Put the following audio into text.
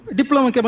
diploma